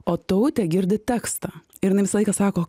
o tautė girdi tekstą ir jinai visą laiką sako